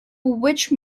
which